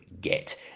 get